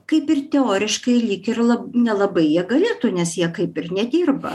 kaip ir teoriškai lyg ir nelabai jie galėtų nes jie kaip ir nedirba